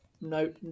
No